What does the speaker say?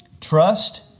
Trust